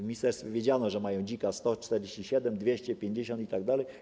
W ministerstwie wiedziano, że jest dzik nr 147, 250 itd.